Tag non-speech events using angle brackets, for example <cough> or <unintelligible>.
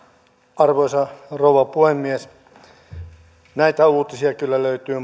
arvoisa rouva puhemies näitä uutisia kyllä löytyy <unintelligible>